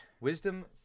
Wisdom